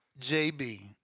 JB